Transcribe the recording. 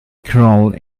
crawled